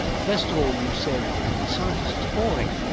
first of all you said that scientists are boring.